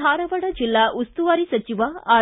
ಧಾರವಾಡ ಜೆಲ್ಲಾ ಉಸ್ತುವಾರಿ ಸಚಿವ ಆರ್